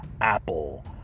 Apple